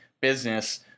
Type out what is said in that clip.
business